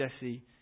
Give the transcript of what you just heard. Jesse